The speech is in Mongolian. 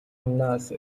амнаас